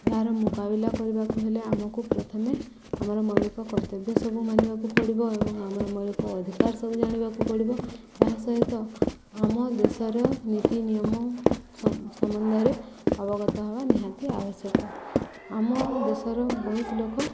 ଏହାର ମୁକାବିଲା କରିବାକୁ ହେଲେ ଆମକୁ ପ୍ରଥମେ ଆମର ମୌଳିକ କର୍ତ୍ତବ୍ୟ ସବୁ ମାନିବାକୁ ପଡ଼ିବ ଏବଂ ଆମର ମୌଳିକ ଅଧିକାର ସବୁ ଜାଣିବାକୁ ପଡ଼ିବ ଏହା ସହିତ ଆମ ଦେଶର ନୀତି ନିୟମ ସମ୍ବନ୍ଧରେ ଅବଗତ ହେବା ନିହାତି ଆବଶ୍ୟକ ଆମ ଦେଶର ବହୁତ ଲୋକ